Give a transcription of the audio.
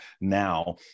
now